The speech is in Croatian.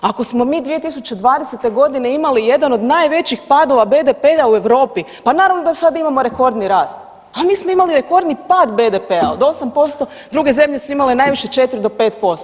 Ako smo mi 2020.g. imali jedan od najvećih padova BDP-a u Europi, pa naravno da sad imamo rekordni rast, pa mi smo imali rekordni pad BDP-a od 8%, druge zemlje su imale najviše 4 do 5%